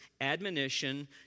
admonition